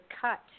cut